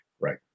Right